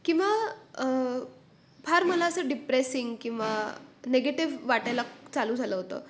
किंवा फार मला असं डिप्रेसिंग किंवा नेगेटिव्ह वाटायला चालू झालं होतं